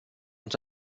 uns